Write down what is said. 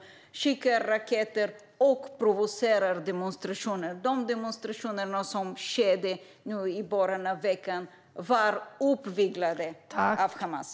De skickar raketer och provocerar demonstrationer. De demonstrationer som skedde i början av veckan var uppviglade av Hamas.